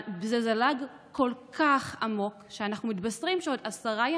אבל זה זלג כל כך עמוק שאנחנו מתבשרים שעוד עשרה ימים,